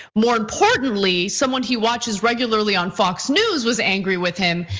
more importantly, someone he watches regularly on fox news was angry with him.